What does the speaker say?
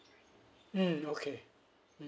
mm okay mm